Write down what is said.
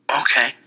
Okay